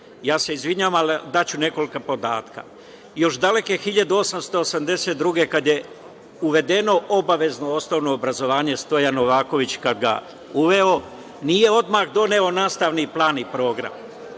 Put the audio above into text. ja se izvinjavam, daću nekoliko podatka. Još daleke 1882. godine, kad je uvedeno obavezno osnovno obrazovanje, Stojan Novaković kad ga je uveo, nije odmah doneo nastavni plan i program.